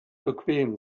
bequem